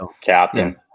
Captain